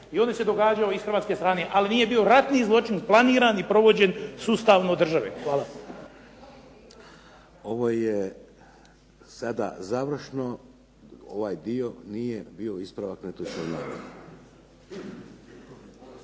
i ovdje se događao s hrvatske strane, ali nije bio ratni zločin planiran i provođen sustavno od države. Hvala. **Šeks, Vladimir (HDZ)** Ovo je sada završno, ovaj dio nije bio ispravak netočnog